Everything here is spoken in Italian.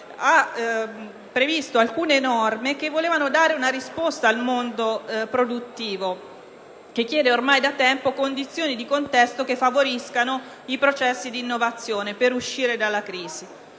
ha previsto alcune norme che volevano dare una risposta al mondo produttivo, che chiede ormai da tempo condizioni di contesto che favoriscano processi di innovazione per uscire dalla crisi.